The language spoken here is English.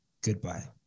goodbye